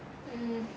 mm